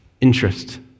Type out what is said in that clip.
interest